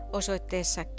osoitteessa